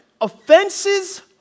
Offenses